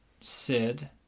Sid